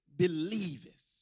Believeth